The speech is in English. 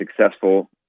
successful